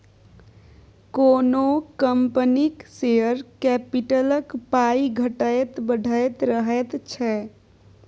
कोनो कंपनीक शेयर कैपिटलक पाइ घटैत बढ़ैत रहैत छै